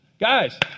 Guys